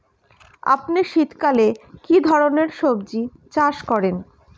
আপনি শীতকালে কী ধরনের সবজী চাষ করেন?